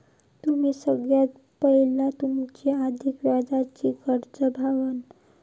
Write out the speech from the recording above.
तुम्ही सगळ्यात पयला तुमची अधिक व्याजाची कर्जा भागवा